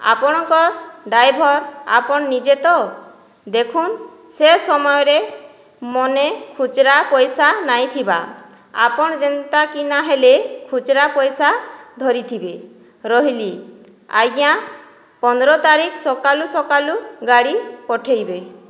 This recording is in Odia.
ଆପଣଙ୍କର୍ ଡ୍ରାଇଭର୍ ଆପଣ ନିଜେ ତ ଦେଖୁନ୍ ସେ ସମୟରେ ମର୍ନେ ଖୁଚୁରା ପଏସା ନାଇଁଥିବା ଆପଣ ଯେନ୍ତାକିନା ହେଲେ ଖୁଚୁରା ପଏସା ଧରିଥିବେ ରହେଲି ଆଜ୍ଞା ପନ୍ଦ୍ର ତାରିଖ୍ ସକାଲୁ ସକାଲୁ ଗାଡି ପଠେଇବେ